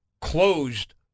closed